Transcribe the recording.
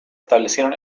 establecieron